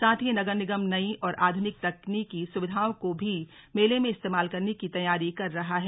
साथ ही नगर निगम नई और आधुनिक तकनीकी सुविधाओं को भी मेले में इस्तेमाल करने की तैयारी कर रहा है